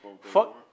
fuck